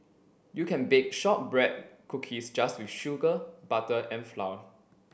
you can bake shortbread cookies just with sugar butter and flour